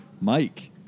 Mike